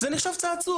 זה נחשב צעצוע.